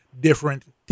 different